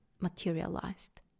materialized